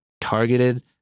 targeted